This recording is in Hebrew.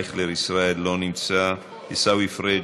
אייכלר ישראל, לא נמצא, עיסאווי פריג'